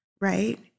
right